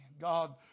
God